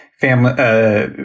family